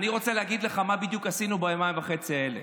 אני רוצה להגיד לך מה בדיוק עשינו ביומיים וחצי האלה.